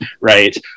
right